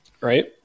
right